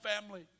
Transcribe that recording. family